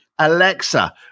Alexa